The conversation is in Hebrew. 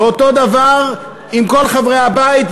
ואותו דבר עם כל חברי הבית,